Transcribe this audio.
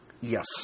Yes